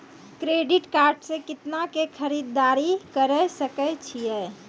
Credit card से कितना के खरीददारी करे सकय छियै?